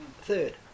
Third